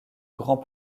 grands